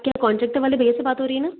क्या कॉन्ट्रैक्टर वाले भैया से बात हो रही है न